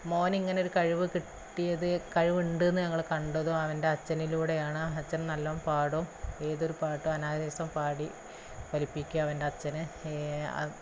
മോനിങ്ങനെ ഒരു കഴിവ് കിട്ടിയത് കഴിവുണ്ട് ഞങ്ങൾ കണ്ടതും അവന്റെ അച്ഛനിലൂടെയാണ് അച്ഛന് നല്ലവണ്ണം പാടും ഏതൊരു പാട്ടും അനായാസം പാടി ഫലിപ്പിക്കാന് അവന്റെ അച്ഛന്